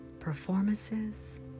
performances